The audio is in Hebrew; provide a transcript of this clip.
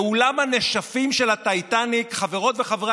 באולם הנשפים של הטיטניק חברות וחברי